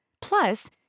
Plus